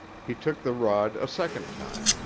he took the rod a second time,